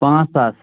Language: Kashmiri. پانژھ ساس